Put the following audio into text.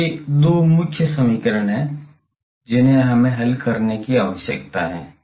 तो ये दो मुख्य समीकरण हैं जिन्हें हमें हल करने की आवश्यकता है